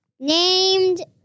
named